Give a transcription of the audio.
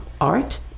Art